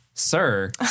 Sir